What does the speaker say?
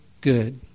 good